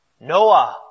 Noah